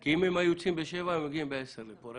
אם הם היו יוצאים ב-07:00 הם היו מגיעים ב-09:45 לפה.